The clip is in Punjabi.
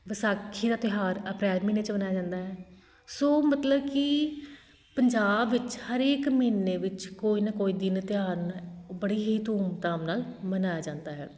ਵਿਸਾਖੀ ਦਾ ਤਿਉਹਾਰ ਅਪ੍ਰੈਲ ਮਹੀਨੇ 'ਚ ਮਨਾਇਆ ਜਾਂਦਾ ਹੈ ਸੋ ਮਤਲਬ ਕਿ ਪੰਜਾਬ ਵਿੱਚ ਹਰੇਕ ਮਹੀਨੇ ਵਿੱਚ ਕੋਈ ਨਾ ਕੋਈ ਦਿਨ ਤਿਉਹਾਰ ਨ ਬੜੇ ਹੀ ਧੂਮਧਾਮ ਨਾਲ਼ ਮਨਾਇਆ ਜਾਂਦਾ ਹੈ